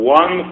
one